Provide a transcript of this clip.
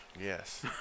Yes